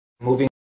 moving